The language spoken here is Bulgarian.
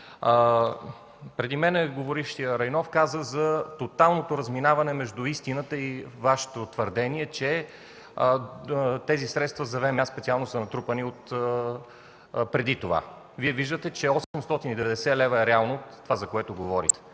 Преди мен говорившият Райнов каза за тоталното разминаване между истината и Вашето твърдение, че тези средства за ВМА специално са натрупани от преди това. Вие виждате, че 890 лв. е реално това, за което говорите.